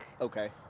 okay